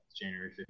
January